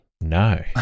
No